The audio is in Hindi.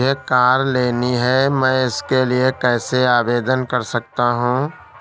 मुझे कार लेनी है मैं इसके लिए कैसे आवेदन कर सकता हूँ?